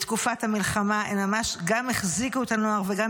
בתקופת המלחמה הם ממש גם החזיקו את הנוער וגם